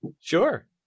Sure